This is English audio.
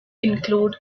include